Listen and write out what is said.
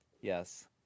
Yes